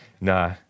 Nah